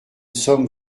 somme